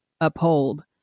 uphold